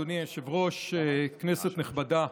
אדוני היושב-ראש, כנסת נכבדה,